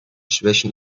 schwächen